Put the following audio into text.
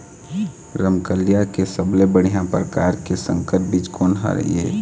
रमकलिया के सबले बढ़िया परकार के संकर बीज कोन हर ये?